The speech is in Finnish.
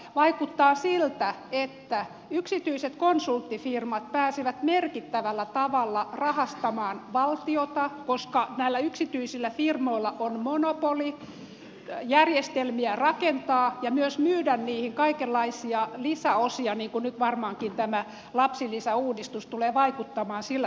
vaikuttaa siltä että yksityiset konsulttifirmat pääsevät merkittävällä tavalla rahastamaan valtiota koska näillä yksityisillä firmoilla on monopolijärjestelmiä rakentaa ja myös myydä niihin kaikenlaisia lisäosia niin kuin nyt varmaankin tämä lapsilisäuudistus tulee vaikuttamaan sillä tavalla